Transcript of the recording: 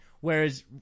Whereas